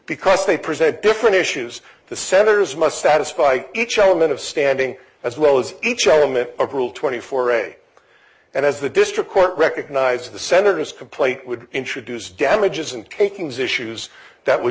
because they present different issues the senators must satisfy each element of standing as well as each element of rule twenty four dollars a and as the district court recognized the senator's complaint would introduce damages and takings issues that w